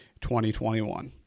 2021